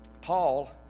Paul